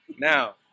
Now